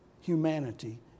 humanity